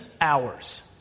hours